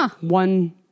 one